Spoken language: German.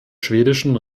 schwedischen